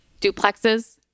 duplexes